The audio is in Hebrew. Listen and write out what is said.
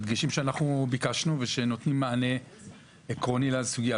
העדיף היום לעשות סיור מתוקשר בהר הבית מאשר לשבת בוועדה שבה הוא חבר.